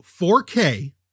4K